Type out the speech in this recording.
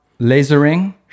Lasering